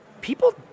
people